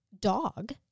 dog